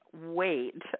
wait